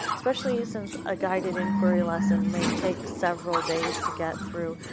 especially since a guided inquiry lesson may take several days to get through,